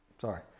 Sorry